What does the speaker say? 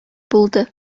булды